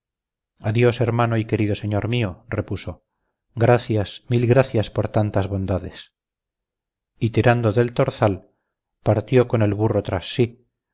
adiós hermano y querido señor mío repuso gracias mil gracias por tantas bondades y tirando del torzal partió con el burro tras sí